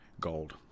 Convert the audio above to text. gold